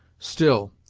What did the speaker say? still,